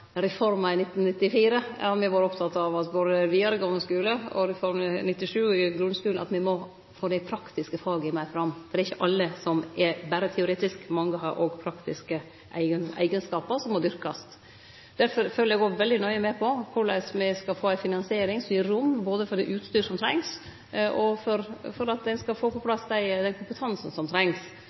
me vore opptekne av at ein både i vidaregåande skule og i grunnskulen må få dei praktiske faga meir fram, for det er ikkje alle som berre er teoretiske, mange har òg praktiske eigenskapar som må dyrkast. Derfor følgjer eg òg veldig nøye med på korleis me skal få ei finansiering som gir rom både for det utstyret som trengst, og for at ein skal få på plass den kompetansen som